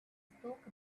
spoke